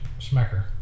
Smacker